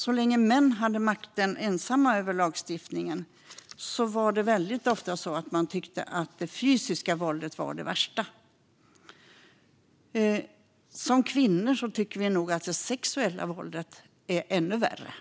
Så länge män ensamma hade makten över lagstiftningen var det väldigt ofta så att de tyckte att det fysiska våldet var det värsta. Som kvinnor tycker vi nog att det sexuella våldet är ännu värre